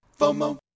FOMO